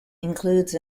includes